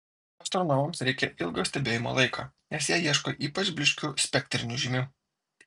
astronomams reikia ilgo stebėjimo laiko nes jie ieško ypač blyškių spektrinių žymių